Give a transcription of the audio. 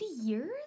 years